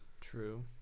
True